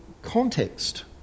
context